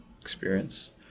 experience